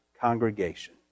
congregation